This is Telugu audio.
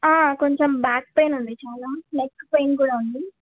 కొంచెం బ్యాక్ పెయిన్ ఉంది చాలా నెక్ పెయిన్ కూడా ఉంది